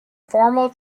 formal